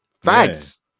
Facts